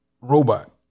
robot